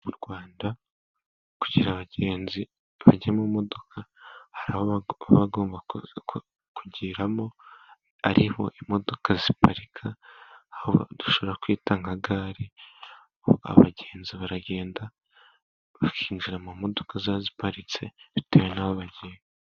Mu Rwanda kugira abagenzi bajye mu modoka, hari aho baba bagomba kugiramo ariho imodoka ziparika, aho dushobora kwita nka gare, abagenzi baragenda bakinjira mu modoka ziparitse bitewe n'aho bagiye.